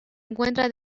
encuentra